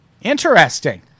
interesting